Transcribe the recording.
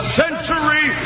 century